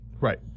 Right